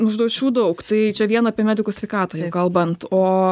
užduočių daug tai čia vien apie medikų sveikatą kalbant o